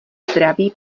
zdraví